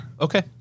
Okay